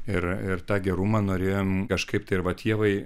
ir ir tą gerumą norėjom kažkaip tai ir vat ievai